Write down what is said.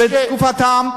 בתקופתם,